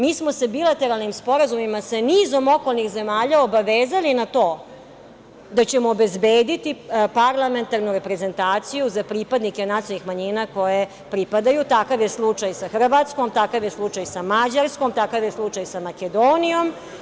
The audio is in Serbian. Mi smo se bilateralnim sporazumima sa nizom okolnih zemalja obavezali na to da ćemo obezbediti parlamentarnu reprezentaciju za pripadnike nacionalnih manjina koje pripadaju, kao što je slučaj sa Hrvatskom, sa Mađarskom, sa Makedonijom.